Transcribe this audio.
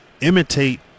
imitate